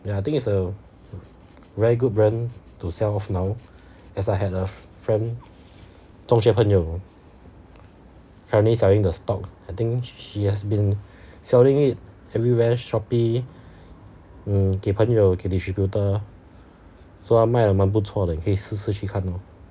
ya I think it's a very good brand to sell off now as I had a friend 同学朋友 currently selling the stock I think she has been selling it everywhere shopee um 给朋友给 distributor so 他卖了蛮不错的你可以试试去看 lor